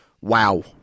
wow